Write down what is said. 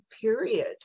period